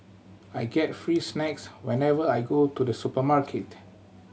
I get free snacks whenever I go to the supermarket